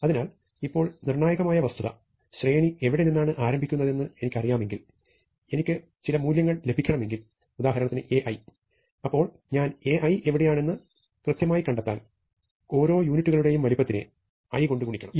അതിനാൽ ഇപ്പോൾ നിർണായകമായ വസ്തുത ശ്രേണി എവിടെ നിന്നാണ് ആരംഭിക്കുന്നതെന്ന് എനിക്കറിയാമെങ്കിൽ എനിക്ക് ചില മൂല്യങ്ങൾ ലഭിക്കണമെങ്കിൽ ഉദാഹരണത്തിന് Ai അപ്പോൾ ഞാൻ Ai എവിടെയാണ് എന്ന് കൃത്യമായി കണ്ടെത്താൻ ഓരോ യൂണിറ്റുകളുടെയും വലുപ്പത്തിനെ i കൊണ്ട് ഗുണിക്കണം